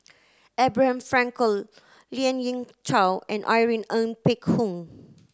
Abraham Frankel Lien Ying Chow and Irene Ng Phek Hoong